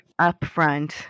upfront